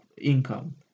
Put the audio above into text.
income